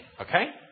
Okay